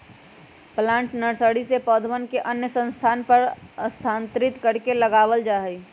plant nursery से पौधवन के अन्य स्थान पर स्थानांतरित करके लगावल जाहई